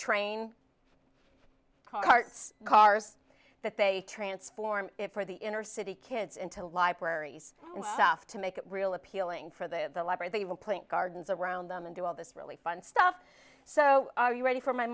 train carts cars that they transform it for the inner city kids into libraries and stuff to make it real appealing for the library they will put gardens around them and do all this really fun stuff so are you ready for my